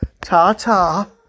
Ta-ta